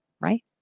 right